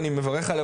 אני מברך עליה,